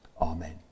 Amen